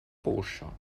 buŝo